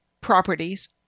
properties